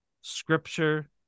Scripture